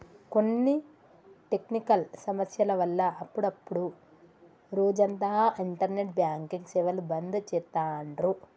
కొన్ని టెక్నికల్ సమస్యల వల్ల అప్పుడప్డు రోజంతా ఇంటర్నెట్ బ్యాంకింగ్ సేవలు బంద్ చేత్తాండ్రు